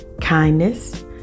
kindness